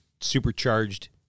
supercharged